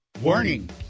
Warning